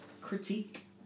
critique